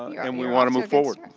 and we want to move forward.